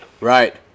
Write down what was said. Right